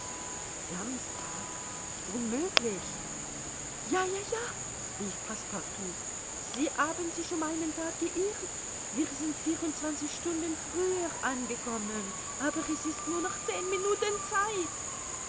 samstag unmöglich ja ja ja rief passepartout sie haben sich um einen tag geirrt wir sind vierundzwanzig stunden früher angekommen aber es ist nur noch zehn minuten zeit